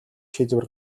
шийдвэр